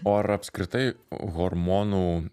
o ar apskritai hormonų